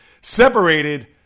separated